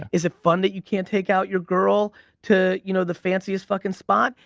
is it fun that you can't take out your girl to you know the fanciest fucking spot?